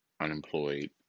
unemployed